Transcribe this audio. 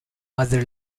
other